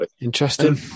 Interesting